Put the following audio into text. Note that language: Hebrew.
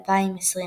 במקביל.